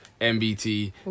MBT